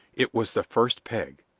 it was the first peg!